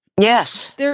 Yes